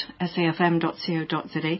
safm.co.za